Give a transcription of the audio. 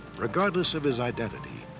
regardless of his identity,